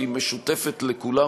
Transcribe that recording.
והיא משותפת לכולם,